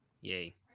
Yay